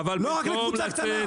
לא רק לקבוצה קטנה.